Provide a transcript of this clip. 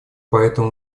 поэтому